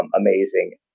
amazing